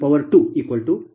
007118